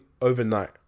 overnight